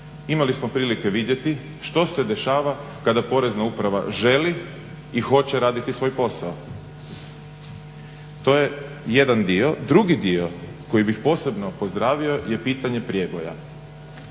Imali smo prilike vidjeti što se dešava kada Porezna uprava želi i hoće raditi svoj posao. To je jedan dio. Drugi dio koji bih posebno pozdravio je pitanje prijeboja.